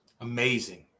Amazing